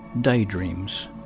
Daydreams